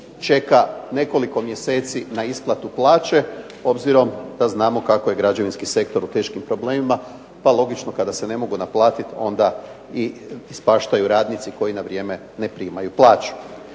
čeka nekoliko mjeseci na isplatu plaće, obzirom da znamo kako je građevinski sektor u teškim problemima. Pa logično ako se ne mogu naplatiti onda ispaštaju radnici koji na vrijeme ne primaju plaću.